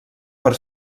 per